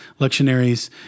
lectionaries